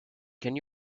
can